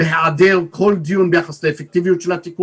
בהיעדר כל דיון ביחס לאפקטיביות שלה.